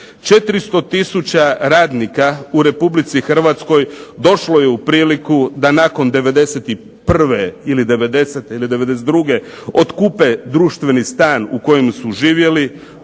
400 tisuća radnika u Republici Hrvatskoj došlo je u priliku da nakon '91. ili '90. ili '92. otkupe društveni stan u kojem su živjeli,